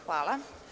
Hvala.